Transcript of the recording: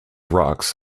rocks